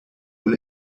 will